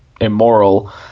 immoral